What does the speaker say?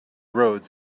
roads